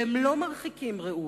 והם לא מרחיקים ראות.